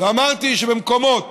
שבמקומות